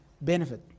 benefit